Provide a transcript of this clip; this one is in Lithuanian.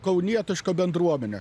kaunietišką bendruomenė